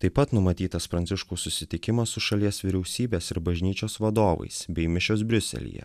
taip pat numatytas pranciškaus susitikimas su šalies vyriausybės ir bažnyčios vadovais bei mišios briuselyje